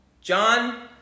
John